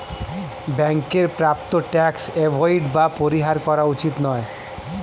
ব্যাংকের প্রাপ্য tax avoid বা পরিহার করা উচিত নয়